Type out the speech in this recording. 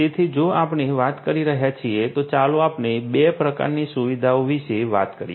તેથી જો આપણે વાત કરી રહ્યા છીએ તો ચાલો આપણે 2 પ્રકારની સુવિધાઓ વિશે વાત કરીએ